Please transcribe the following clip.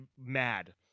mad